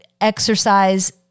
exercise